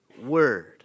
word